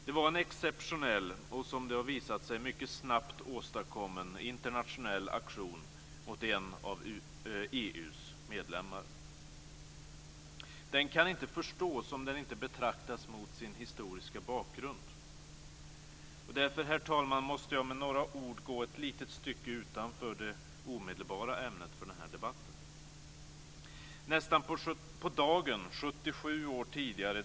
Det var en exceptionell, och som det har visat sig mycket snabbt åstadkommen, internationell aktion mot en av EU:s medlemmar. Den kan inte förstås om den inte betraktas mot sin historiska bakgrund. Därför, herr talman, måste jag med några ord gå ett litet stycke utanför det omedelbara ämnet för denna debatt.